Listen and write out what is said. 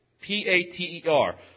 P-A-T-E-R